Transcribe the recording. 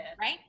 Right